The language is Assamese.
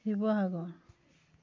শিৱসাগৰ